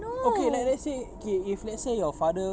okay like let's say okay if let's say your father